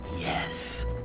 Yes